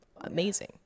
amazing